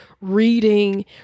reading